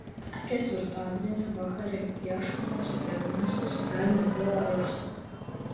ketvirtadienį vakare ieškomas įtariamasis dar nebuvo rastas